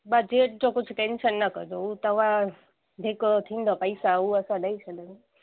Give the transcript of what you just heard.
बसि रेट जो कुझु टैंशन न कजो हू तव्हां जेको थींदा पैसा हूअ असां ॾेई छॾंदा